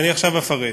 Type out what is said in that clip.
ועכשיו אני אפרט.